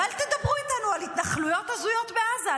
ואל תדברו איתנו על התנחלויות הזויות בעזה.